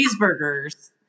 cheeseburgers